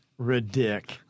Ridic